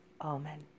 Amen